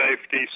safety